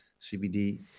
CBD